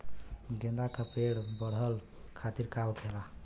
गेंदा का पेड़ बढ़अब खातिर का होखेला?